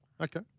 Okay